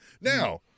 now